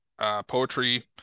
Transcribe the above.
poetry